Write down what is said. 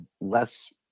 less